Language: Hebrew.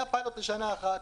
היה פיילוט לשנה אחת,